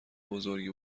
بزرگی